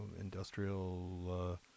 industrial